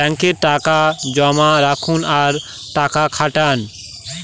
ব্যাঙ্কে টাকা জমা রাখুন আর টাকা খাটান